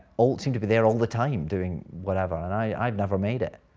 all seem to be there all the time doing whatever, and i'd never made it.